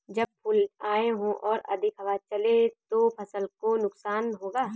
जब फूल आए हों और अधिक हवा चले तो फसल को नुकसान होगा?